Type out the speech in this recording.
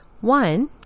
One